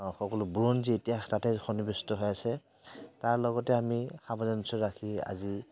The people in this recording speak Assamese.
সকলো বুৰঞ্জীত ইতিহাস তাতে সনিবিষ্ট হৈ আছে তাৰ লগতে আমি সামঞ্জস্য় ৰাখি আজি